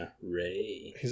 Ray